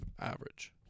average